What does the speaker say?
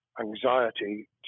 anxiety